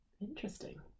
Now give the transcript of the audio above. Interesting